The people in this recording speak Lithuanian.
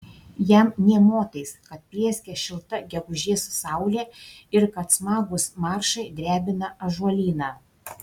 jam nė motais kad plieskia šilta gegužės saulė ir kad smagūs maršai drebina ąžuolyną